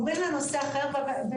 עוברים לנושא אחר.